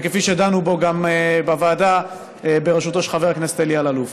וכפי שדנו בו גם בוועדה בראשותו של חבר הכנסת אלי אלאלוף.